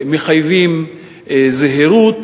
שמחייבים זהירות,